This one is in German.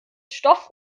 stoff